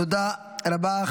תודה רבה.